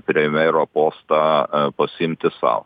premjero postą pasiimti sau